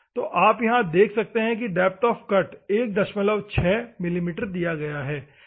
तो आप यहाँ देख सकते हैं डेप्थ ऑफ़ कट 16 मिमी दी गई है